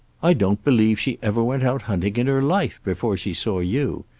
i don't believe she ever went out hunting in her life before she saw you.